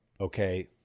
okay